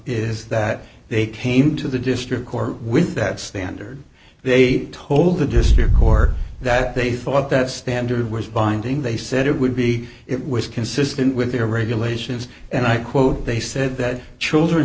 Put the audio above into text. is that they came to the district court with that standard they told the district court that they thought that standard was binding they said it would be it was consistent with their regulations and i quote they said that children